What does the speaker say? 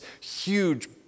huge